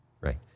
Right